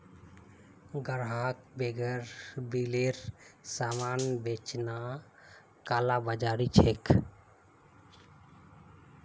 ग्राहकक बेगैर बिलेर सामान बेचना कालाबाज़ारी छिके